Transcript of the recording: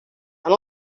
and